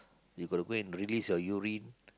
you got to go and release your urine